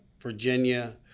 Virginia